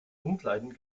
umkleiden